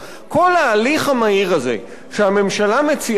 כל ההליך המהיר הזה שהממשלה מציעה לנו,